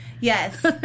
Yes